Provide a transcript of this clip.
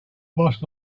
boss